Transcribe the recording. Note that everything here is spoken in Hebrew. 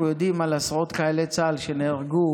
אנחנו יודעים על עשרות חיילי צה"ל שנהרגו